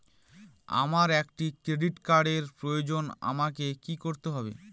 আমার একটি ক্রেডিট কার্ডের প্রয়োজন আমাকে কি করতে হবে?